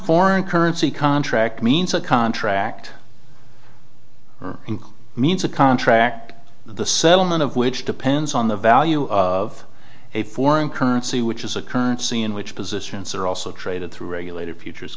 foreign currency contract means a contract income means a contract the settlement of which depends on the value of a foreign currency which is a currency in which positions are also traded through regulated futures